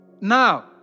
Now